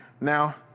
Now